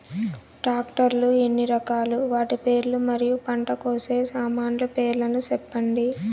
Tractor లు ఎన్ని రకాలు? వాటి పేర్లు మరియు పంట కోసే సామాన్లు పేర్లను సెప్పండి?